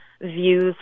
views